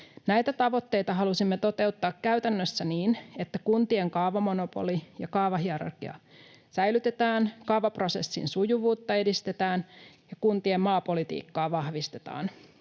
Näitä tavoitteita halusimme toteuttaa käytännössä niin, että kuntien kaavamonopoli ja kaavahierarkia säilytetään, kaavaprosessin sujuvuutta edistetään ja kuntien maapolitiikkaa vahvistetaan.